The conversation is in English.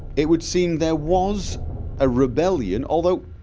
it would seem there was a rebellion although